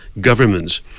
governments